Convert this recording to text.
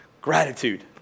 Gratitude